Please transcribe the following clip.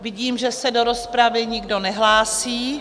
Vidím, že se do rozpravy nikdo nehlásí.